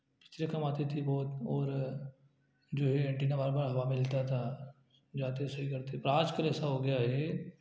पिक्चरें कम आती थी बहुत और जो है एंटिना बार बार हवा में हिलता था जाते सही करते पर आजकल ऐसा हो गया है